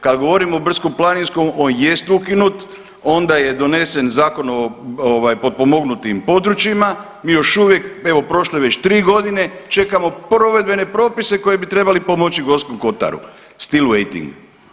Kad govorimo o brdsko-planinskom on jest ukinut, onda je donesen Zakon o ovaj potpomognutim područjima, mi još uvijek, evo prošlo je već 3 godine čekamo provedbene propise koji bi trebali pomoći Gorskom kotaru, still waiting.